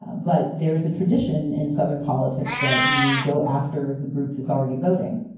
but there is a tradition in southern politics that you go after the group that's already voting.